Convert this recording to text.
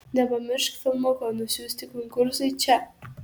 nepamiršk filmuko nusiųsti konkursui čia